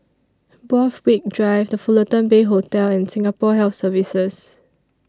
Borthwick Drive The Fullerton Bay Hotel and Singapore Health Services